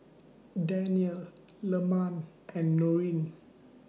Danial Leman and Nurin